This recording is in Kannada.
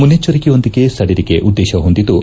ಮುನ್ನೆಚ್ಚರಿಕೆಯೊಂದಿಗೆ ಸಡಿಲಿಕೆ ಉದ್ದೇಶ ಹೊಂದಿದ್ದು